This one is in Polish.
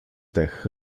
dech